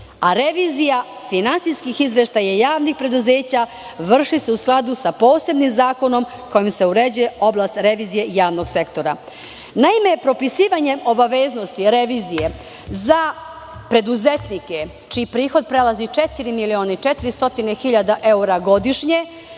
Revizija finansijskih izveštaja javnih preduzeća vrši se u skladu sa posebnim zakonom kojim se uređuje oblast revizije javnog sektora. Propisivanje obaveznosti revizije za preduzetnike čiji prihod prelazi četiri miliona i 400 hiljada evra godišnje